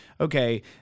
Okay